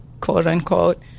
quote-unquote